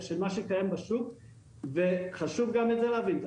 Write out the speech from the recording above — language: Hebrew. שקיים בשוק וחשוב גם את זה להבין.